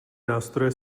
nástroje